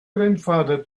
grandfather